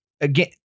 again